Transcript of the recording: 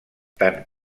tant